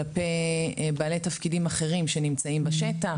כלפי בעלי תפקידים אחרים שנמצאים בשטח,